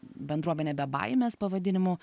bendruomenę be baimės pavadinimu